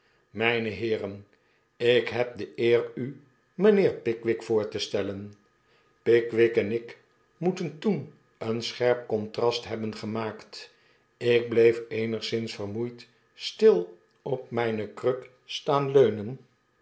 spreken myneheeren ik heb de eer u mijnheer pickwick voor te stellen pickwick en ik moeten toen een scherp contrast hebben gemaakt ik bleef eenigszins vermoeid stil op mijne kruk staan leunen